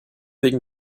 wegen